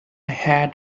had